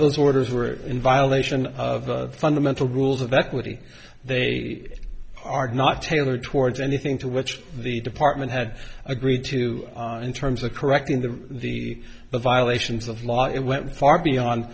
those orders were in violation of fundamental rules of equity they are not tailored towards anything to which the department had agreed to in terms of correcting the the violations of law it went far beyond